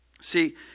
See